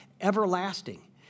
everlasting